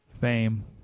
fame